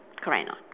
correct or not